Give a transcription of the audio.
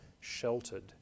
sheltered